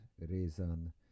reason